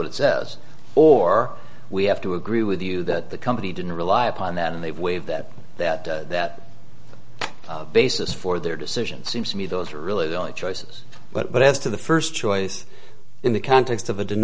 what it says or we have to agree with you that the company didn't rely upon that and they waive that that that basis for their decision seems to me those are really the only choices but as to the first choice in the context of a